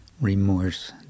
remorse